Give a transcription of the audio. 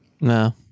No